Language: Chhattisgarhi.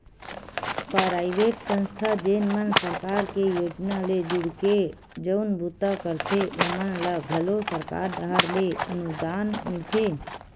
पराइवेट संस्था जेन मन सरकार के योजना ले जुड़के जउन बूता करथे ओमन ल घलो सरकार डाहर ले अनुदान मिलथे